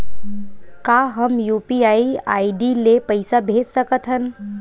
का हम UPI ID ले पईसा भेज सकथन?